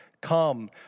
come